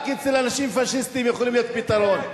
רק אצל אנשים פאשיסטים הם יכולים להיות פתרון.